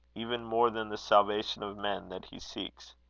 even more than the salvation of men, that he seeks.